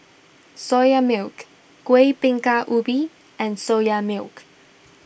Soya Milk Kuih Bingka Ubi and Soya Milk